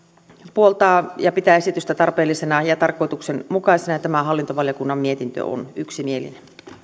puoltaa esitystä ja pitää sitä tarpeellisena ja tarkoituksenmukaisena ja tämä hallintovaliokunnan mietintö on yksimielinen